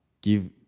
give